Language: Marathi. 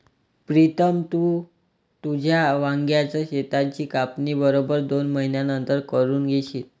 प्रीतम, तू तुझ्या वांग्याच शेताची कापणी बरोबर दोन महिन्यांनंतर करून घेशील